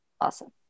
awesome